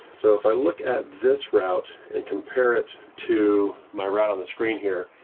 so if i look at this route and compare it to my route on the screen here,